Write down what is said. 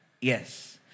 Yes